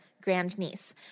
grandniece